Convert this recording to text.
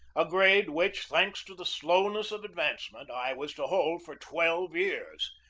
a grade which, thanks to the slowness of advancement, i was to hold for twelve years,